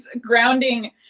Grounding